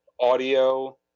audio